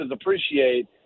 appreciate